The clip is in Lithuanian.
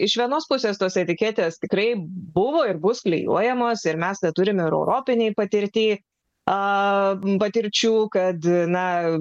iš vienos pusės tos etiketės tikrai buvo ir bus klijuojamos ir mes net turime europinėje patirtyje patirčių kad na